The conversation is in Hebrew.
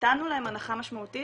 נתנו להם הנחה משמעותית